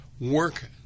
work